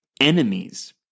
enemies